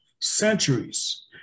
centuries